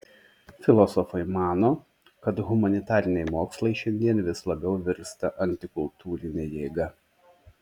filosofai mano kad humanitariniai mokslai šiandien vis labiau virsta antikultūrine jėga